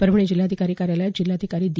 परभणी जिल्हाधिकारी कार्यालयात जिल्हाधिकारी दी